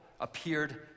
appeared